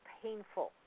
painful